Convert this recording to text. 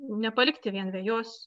nepalikti vien vejos